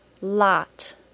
lot